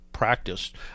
Practiced